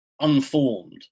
unformed